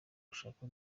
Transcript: ushaka